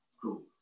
Cool